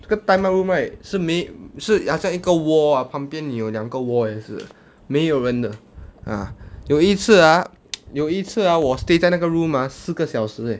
那个 time out room right 是没有是好像一个 wall ah 旁边有两个 wall 也是没有人的 ah 有一次 ah 有一次 ah 我 stay 在那个 room ah 四个小时 leh